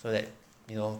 so that you know